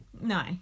No